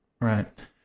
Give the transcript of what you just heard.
Right